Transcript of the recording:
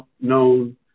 known